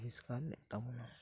ᱟᱵᱤᱥᱠᱟᱨ ᱞᱮᱫ ᱛᱟᱵᱚᱱᱟ